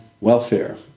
welfare